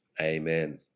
Amen